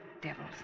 Devils